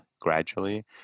gradually